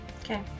Okay